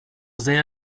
sehr